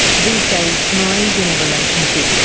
these days, maree is in a relationship.